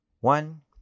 One